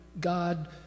God